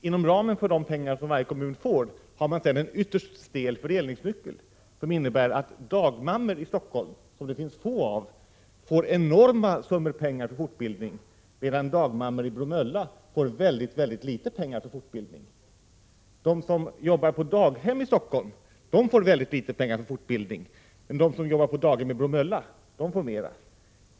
Inom ramen för de pengar som varje kommun får har man sedan en ytterst stel fördelningsnyckel, som innebär att dagmammorna i Stockholm, som det finns få av, får enorma summor pengar till fortbildning, medan dagmammorna i Bromölla får väldigt litet pengar till fortbildning. De som jobbar på daghem i Stockholm får väldigt litet pengar till fortbildning, men de som jobbar på daghem i Bromölla får mer.